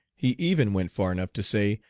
he even went far enough to say,